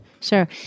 Sure